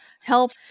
help